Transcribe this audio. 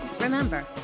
Remember